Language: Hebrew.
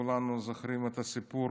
כולנו זוכרים את הסיפור